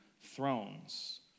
thrones